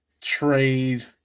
trade